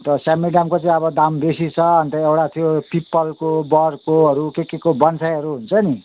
अन्त सिम्बेडियमको चाहिँ अब दाम बेसी छ अन्त एउटा त्यो पिपलको बरकोहरू के के को बोन्साईहरू हुन्छ नि